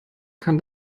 kann